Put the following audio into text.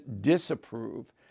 disapprove